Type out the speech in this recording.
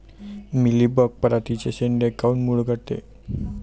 Mealybug पराटीचे चे शेंडे काऊन मुरगळते?